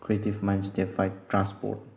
creative mine step five transport